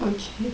okay